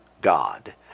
God